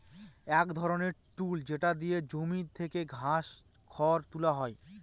এক ধরনের টুল যেটা দিয়ে জমি থেকে ঘাস, খড় তুলা হয়